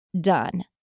done